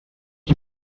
you